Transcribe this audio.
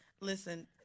listen